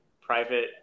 private